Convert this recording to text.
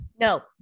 No